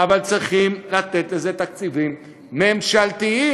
אבל צריכים לתת לזה תקציבים ממשלתיים.